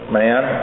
man